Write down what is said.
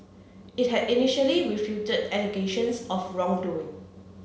it had initially refuted allegations of wrongdoing